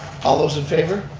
all those in favor?